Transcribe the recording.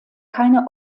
keine